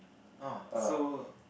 ah so